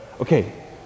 Okay